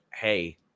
hey